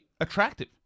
attractive